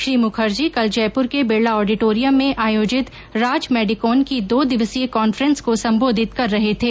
श्री मुखर्जी कल जयपूर के बिडला ऑडिटोरियम में आयोजित राज मेडिकोन की दो दिवसीय कांफ्रेंस को संबोधित कर रहे थे